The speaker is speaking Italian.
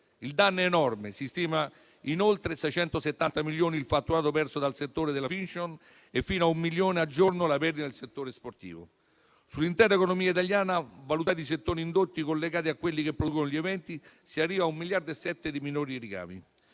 Il danno è enorme e si stima in oltre 670 milioni il fatturato perso dal settore della *fiction* e fino a un milione al giorno la perdita del settore sportivo. Sull'intera economia italiana, valutati i settori indotti collegati a quelli che producono gli eventi, si arriva a 1,7 miliardi di minori ricavi.